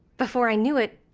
before i knew it,